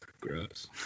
gross